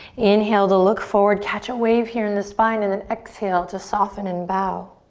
inhale to look forward. catch a wave here in the spine and then exhale to soften and bow.